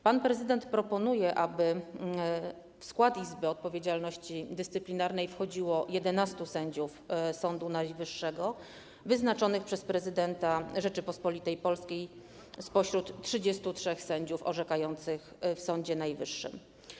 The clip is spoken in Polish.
Pan prezydent proponuje, aby w skład Izby Odpowiedzialności Dyscyplinarnej wchodziło 11 sędziów Sądu Najwyższego wyznaczonych przez prezydenta Rzeczypospolitej Polskiej spośród 33 sędziów orzekających w Sądzie Najwyższym.